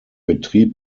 betrieb